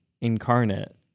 incarnate